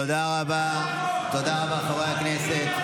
תודה רבה, חברי הכנסת.